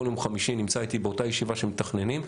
כל יום חמישי נמצא איתי באותה ישיבה שמתכננים.